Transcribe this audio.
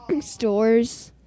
Stores